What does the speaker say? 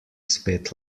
spet